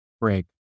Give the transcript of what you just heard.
break